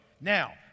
now